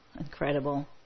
incredible